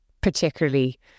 particularly